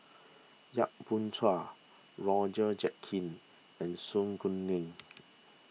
Yap Boon Chuan Roger Jenkins and Su Guaning